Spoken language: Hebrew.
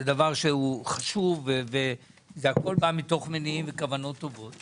זה דבר שהוא חשוב והכול בא מתוך מניעים וכוונות טובות